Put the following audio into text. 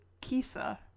Kisa